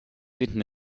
finden